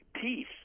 peace